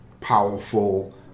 powerful